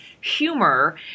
humor